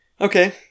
Okay